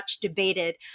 Debated